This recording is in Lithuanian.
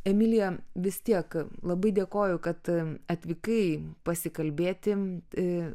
emilija vis tiek labai dėkoju kad atvykai pasikalbėti